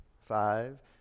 Five